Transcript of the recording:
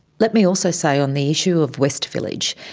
let me also say on the issue of west village,